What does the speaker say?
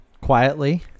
quietly